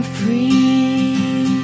free